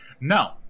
no